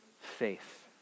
faith